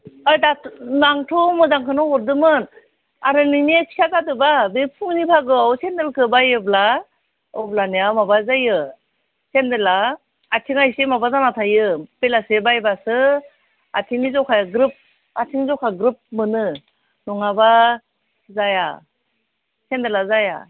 ओइ दाथ नांथ' मोजांखौनो हरदोंमोन आरो नोंनि फिसा जादोबा बे फुंनि बाहागोआव सेन्दलेखौ बायोब्ला अब्लानिया माबा जायो सेन्देला आथिंआ एसे माबा जाना थायो बेलासि फाइबासो आथिंनि जखाया ग्रोब आथिं जखा ग्रोब मोनो नङाबा जाया सेन्देला जाया